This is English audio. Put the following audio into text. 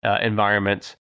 environments